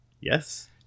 Yes